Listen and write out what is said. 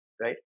right